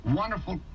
wonderful